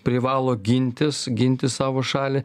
privalo gintis ginti savo šalį